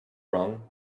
wrong